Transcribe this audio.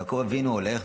יעקב אבינו הולך,